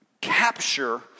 capture